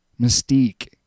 mystique